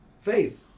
Faith